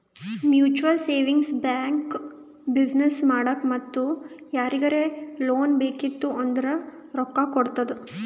mutual savings bank business ಮಾಡಾಕ್ ಮತ್ತ ಯಾರಿಗರೇ ಲೋನ್ ಬೇಕಿತ್ತು ಅಂದುರ್ ರೊಕ್ಕಾ ಕೊಡ್ತುದ್